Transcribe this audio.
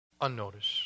unnoticed